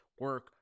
Work